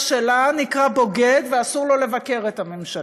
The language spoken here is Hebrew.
שלה נקרא בוגד ואסור לו לבקר את הממשלה.